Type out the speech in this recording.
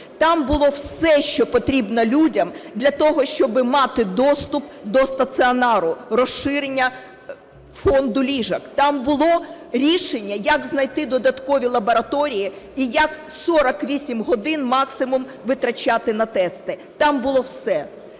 Там було все, що потрібно людям для того, щоб мати доступ до стаціонару, розширення фонду ліжок. Там було рішення, як знайти додаткові лабораторії і як 48 годин максимум витрачати на тести. Там було все.